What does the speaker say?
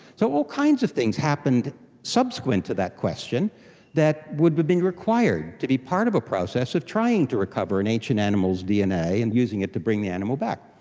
so all kinds of things happened subsequent to that question that would have but been required to be part of a process of trying to recover an ancient animal's dna and using it to bring the animal back.